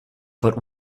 but